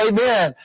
Amen